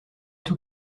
tout